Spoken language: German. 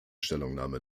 stellungnahme